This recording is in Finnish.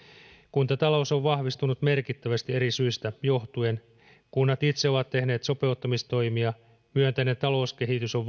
kuntatalous on vahvistunut merkittävästi eri syistä johtuen kunnat itse ovat tehneet sopeuttamistoimia myönteinen talouskehitys on